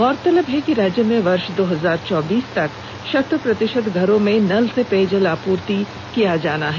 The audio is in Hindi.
गौरतलब है कि राज्य में वर्ष दो हजार चौबीस तक शत प्रतिशत घरों में नल से पेयजलापूर्ति किया जाना है